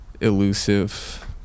elusive